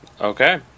Okay